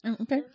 Okay